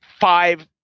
five